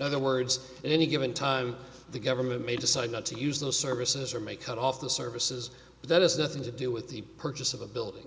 other words in any given time the government may decide not to use those services or may cut off the services that has nothing to do with the purchase of a building